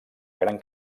gran